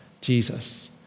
Jesus